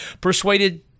persuaded